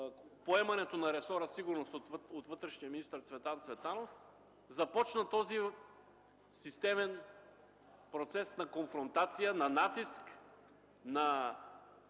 поемането на ресора „Сигурност” от вътрешния министър Цветан Цветанов започна този системен процес на конфронтация, на натиск, на